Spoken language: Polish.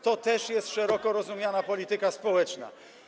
To też jest szeroko rozumiana polityka społeczna.